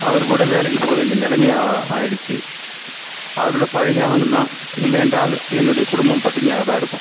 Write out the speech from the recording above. அவர் கூட வேலைக்கு போகவேண்டிய நிலைமையாக ஆகிடுச்சி அவரோடு பழகி ஆகணும் தான் இல்லை என்றால் என்னுடைய குடும்பம் பட்டினியாக தான் இருக்கும்